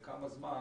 לכמה זמן